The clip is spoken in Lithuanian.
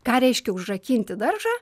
ką reiškia užrakinti daržą